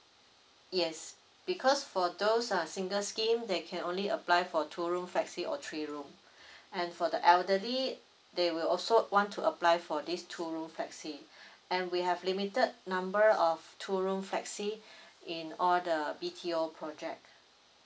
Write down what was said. yes because for those uh single scheme they can only apply for two room flexi or three room and for the elderly they will also want to apply for these two room flexi and we have limited number of two room flexi in all the B_T_O project